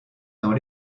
dans